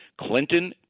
Clinton